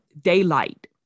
daylight